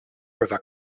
river